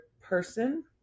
person